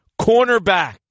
cornerback